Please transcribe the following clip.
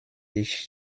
ich